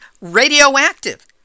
radioactive